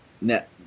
net